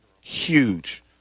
Huge